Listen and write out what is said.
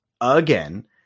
again